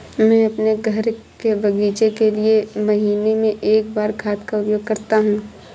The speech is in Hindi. मैं अपने घर के बगीचे के लिए महीने में एक बार खाद का उपयोग करता हूँ